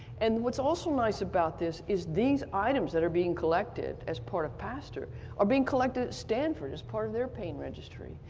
and what's also nice about this is these items that are being collected as part of pastor are being collected at stanford as part of their pain registry.